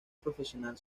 professional